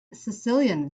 sicilian